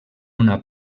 una